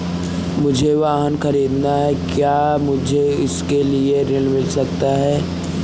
मुझे वाहन ख़रीदना है क्या मुझे इसके लिए ऋण मिल सकता है?